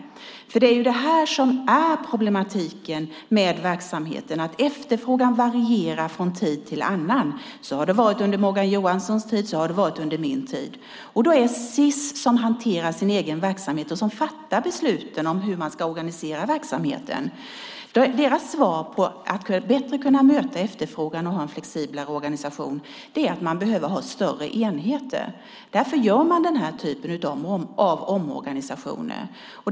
Problemet med verksamheten är att efterfrågan varierar från tid till annan. Så var det under Morgan Johanssons tid och så har det varit under min tid. Sis hanterar sin egen verksamhet och fattar beslut om hur man ska organisera verksamheten. Deras svar på att bättre kunna möta efterfrågan och ha en mer flexibel organisation är att man behöver ha större enheter. Därför gör man den här typen av omorganisationer.